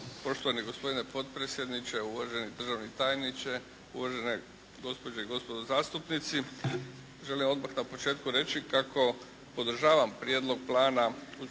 poštovani gospodine potpredsjedniče, uvaženi državni tajniče, uvažene gospođe i gospodo zastupnici. Želim odmah na početku reći kako podržavam Prijedlog plana